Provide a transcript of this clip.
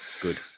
Good